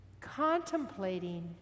contemplating